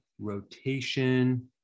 rotation